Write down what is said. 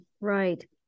right